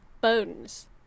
bones